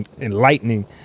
enlightening